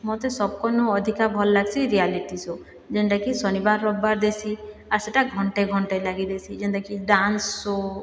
ମୋତେ ସବକ୍ନୁ ଅଧିକା ଭଲ ଲାଗ୍ସି ରିୟାଲିଟି ସୋ ଯେନ୍ଟାକି ଶନିବାର ରବିବାର ଦେସି ଆର୍ ସେଟା ଘଣ୍ଟେ ଘଣ୍ଟେ ଲାଗି ଦେସି ଯେନ୍ତାକି ଡାନ୍ସ ସୋ